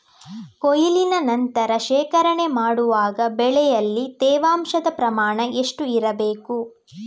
ಕೊಯ್ಲಿನ ನಂತರ ಶೇಖರಣೆ ಮಾಡುವಾಗ ಬೆಳೆಯಲ್ಲಿ ತೇವಾಂಶದ ಪ್ರಮಾಣ ಎಷ್ಟು ಇರಬೇಕು?